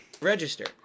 register